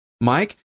Mike